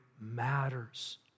matters